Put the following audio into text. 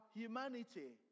humanity